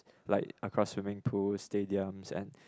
like across swimming pools stadiums and